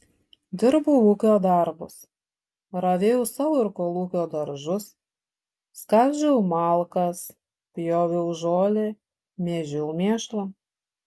dirbau ūkio darbus ravėjau savo ir kolūkio daržus skaldžiau malkas pjoviau žolę mėžiau mėšlą